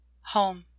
Home